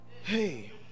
Hey